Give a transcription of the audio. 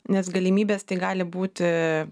nes galimybės tai gali būti